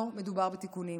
לא מדובר בתיקונים.